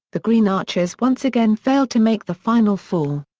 the green archers once again failed to make the final four.